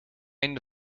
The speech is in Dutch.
einde